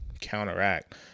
counteract